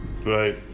Right